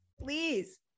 please